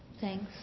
Thanks